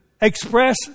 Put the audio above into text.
express